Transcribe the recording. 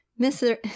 mr